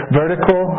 vertical